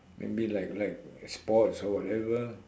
maybe like like sports or whatever